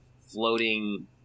floating